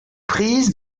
prise